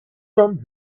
from